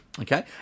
Okay